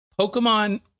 Pokemon